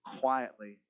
quietly